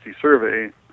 survey